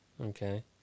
Okay